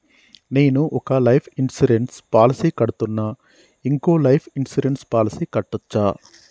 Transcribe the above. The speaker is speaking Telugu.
నేను ఒక లైఫ్ ఇన్సూరెన్స్ పాలసీ కడ్తున్నా, ఇంకో లైఫ్ ఇన్సూరెన్స్ పాలసీ కట్టొచ్చా?